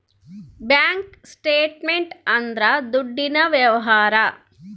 bank statement ಅಂದ್ರ ದುಡ್ಡಿನ ವ್ಯವಹಾರ